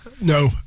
No